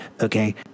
okay